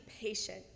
patient